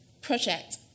project